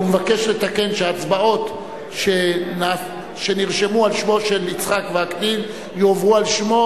ומבקש לתקן שההצבעות שנרשמו על שמו של יצחק וקנין יועברו על שמו.